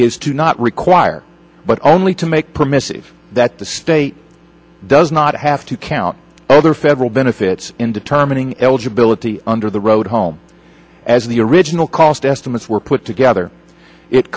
is to not require but only to make permissive that the state does not have to count all their federal benefits in determining eligibility under the road home as the original cost estimates were put